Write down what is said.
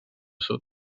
sud